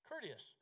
Courteous